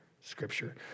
Scripture